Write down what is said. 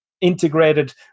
integrated